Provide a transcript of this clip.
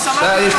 אני כבר שמעתי,